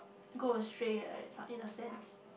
go astray right sort in a sense